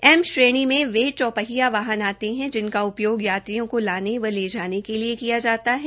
M श्रेणी में वे चौपहिया वाहन आते है जिनका उपयोग यात्रियों को लाने व ले जाने के लिए किया जाता है